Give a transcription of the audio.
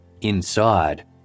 Inside